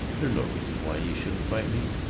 there's no reason why you shouldn't fight me.